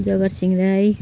Jagat Singh Rai